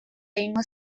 egingo